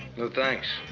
no, thanks